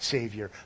Savior